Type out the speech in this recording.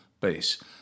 base